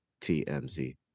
TMZ